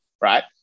right